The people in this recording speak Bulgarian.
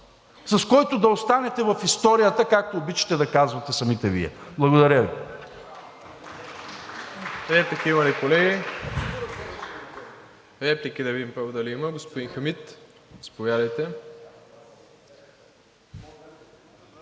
с който да останете в историята, както обичате да казвате самите Вие. Благодаря Ви.